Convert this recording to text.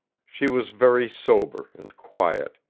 she was very sober, and quiet